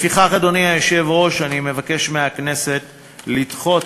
לפיכך, אדוני היושב-ראש, אני מבקש מהכנסת לדחות